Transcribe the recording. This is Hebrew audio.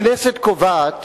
הכנסת קובעת